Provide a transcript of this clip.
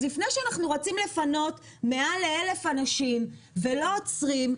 אז לפני שאנחנו רצים לפנות מעל ל-1,000 אנשים ולא עוצרים,